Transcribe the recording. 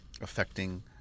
affecting